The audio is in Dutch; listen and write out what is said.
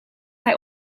hij